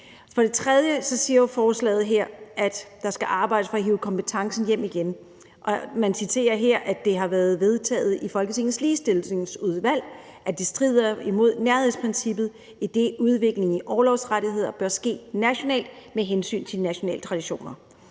Desuden siger forslaget her, at der skal arbejdes for at hive kompetencen hjem igen, og man citerer her fra Folketingets Ligestillingsudvalg, som har udtalt: »Forslaget strider mod nærhedsprincippet, idet udviklingen i orlovsrettigheder bør ske nationalt under hensyn til de nationale traditioner.«